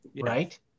right